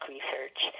Research